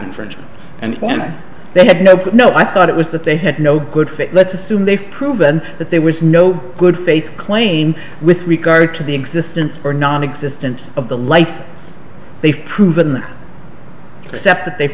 innocence and they had no no i thought it was that they had no good fit let's assume they've proven that there was no good faith claim with regard to the existence or nonexistence of the life they've proven except that they've